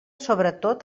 sobretot